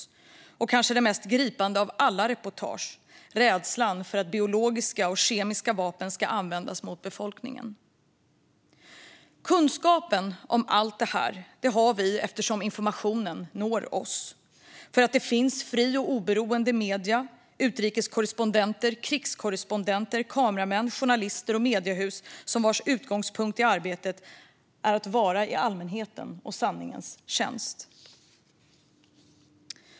Det handlar också om det kanske mest gripande av alla reportage: rädslan för att biologiska och kemiska vapen ska användas mot befolkningen. Kunskapen om allt det här har vi eftersom informationen når oss, eftersom det finns fria och oberoende medier, utrikeskorrespondenter, krigskorrespondenter, kameramän, journalister och mediehus vars utgångspunkt i arbetet är att vara i allmänhetens och sanningens tjänst.